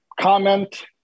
comment